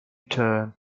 turn